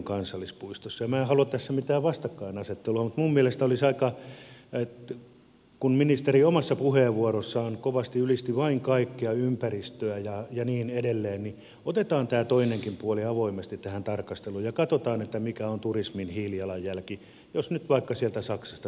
minä en halua tässä mitään vastakkainasettelua mutta minun mielestäni olisi aika kun ministeri omassa puheenvuorossaan kovasti ylisti vain kaikkea ympäristöä ja niin edelleen ottaa tämä toinenkin puoli avoimesti tähän tarkasteluun ja katsoa mikä on turismin hiilijalanjälki jos nyt vaikka sieltä saksasta tulee joku turisti